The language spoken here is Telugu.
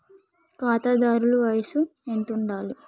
ఖాతాదారుల వయసు ఎంతుండాలి?